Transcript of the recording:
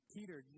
Peter